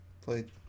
played